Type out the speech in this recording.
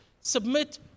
Submit